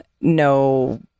no